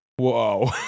Whoa